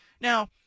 Now